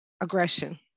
aggression